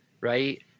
right